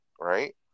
right